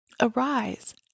Arise